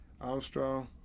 Armstrong